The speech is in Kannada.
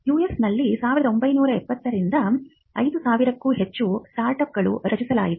ಯುಎಸ್ನಲ್ಲಿ 1980 ರಿಂದ 5000 ಕ್ಕೂ ಹೆಚ್ಚು ಸ್ಟಾರ್ಟ್ ಅಪ್ ಗಳನ್ನು ರಚಿಸಲಾಗಿದೆ